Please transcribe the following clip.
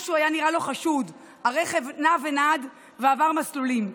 משהו נראה לו חשוד, הרכב נע ונד ועבר מסלולים.